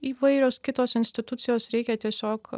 įvairios kitos institucijos reikia tiesiog